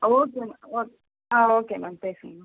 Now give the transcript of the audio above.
ஓகேம்மா ஓக் ஆ okay ma'am பேசுங்கள் மேம்